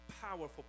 powerful